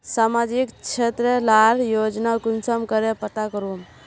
सामाजिक क्षेत्र लार योजना कुंसम करे पता करूम?